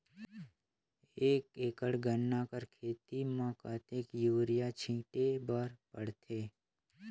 एक एकड़ गन्ना कर खेती म कतेक युरिया छिंटे बर पड़थे?